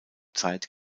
zeit